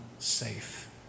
Safe